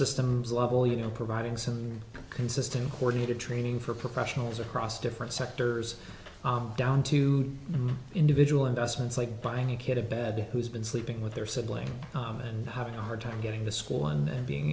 systems level you know providing some consistent core data training for professionals across different sectors down to individual investments like buying a kid a bed who's been sleeping with their siblings and having a hard time getting to school and being